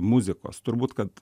muzikos turbūt kad